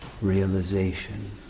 realization